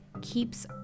keeps